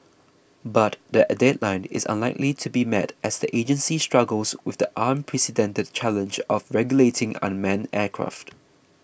but the a deadline is unlikely to be met as the agency struggles with the unprecedented challenge of regulating unmanned aircraft